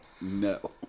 No